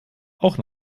auch